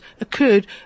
occurred